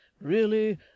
Really